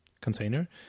container